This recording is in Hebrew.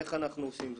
איך אנחנו עושים זאת?